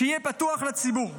שיהיה פתוח לציבור.